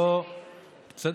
זה גל העוני השני.